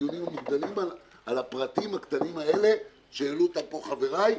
בדיונים על הפרטים הקטנים שהעלו אותם פה חבריי,